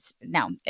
no